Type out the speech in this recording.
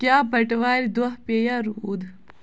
کیٛاہ بَٹہٕ وارِ دۄہ پیٚیا روٗد